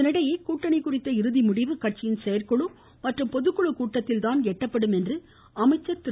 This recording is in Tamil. இதனிடையே கூட்டணி குறித்த இறுதி முடிவு கட்சியின் செயற்குழு மற்றும் கூட்டத்தில் தான் எட்டப்படும் பொதுக்குழு என்று அமைச்சர் திரு